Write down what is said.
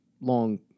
long